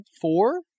Four